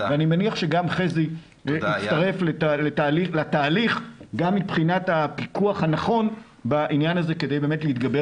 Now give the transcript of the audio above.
אני מניח שגם חזי יצטרף לתהליך גם מבחינת הפיקוח הנכון כדי להתגבר